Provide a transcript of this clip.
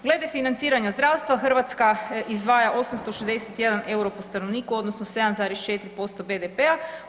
Glede financiranja zdravstva, Hrvatska izdvaja 861 euro po stanovniku, odnosno 7,4% BDP-a.